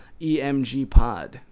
emgpod